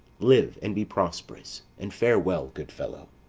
live, and be prosperous and farewell, good fellow.